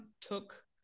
took